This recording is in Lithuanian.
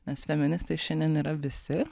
nes feministai šiandien yra visi